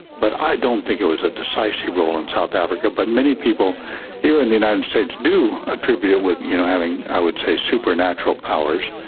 but i don't think it was a decisive role in south africa. but many people here in the united states do attribute it with you know having, i would say, supernatural powers.